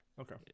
okay